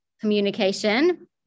Communication